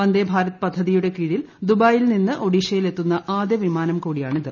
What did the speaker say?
വന്ദേ ഭാരത് പദ്ധതിയുടെ കീഴിൽ ദുബായിയിൽ നിന്ന് ഒഡീഷയിലെത്തുന്ന ആദ്യ വിമാനം കൂടിയാണ് ഇത്